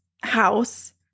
house